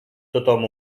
tothom